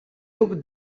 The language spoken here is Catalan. duc